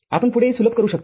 आपण पुढे हे सुलभ करू शकता